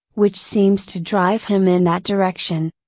which seems to drive him in that direction.